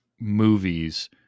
movies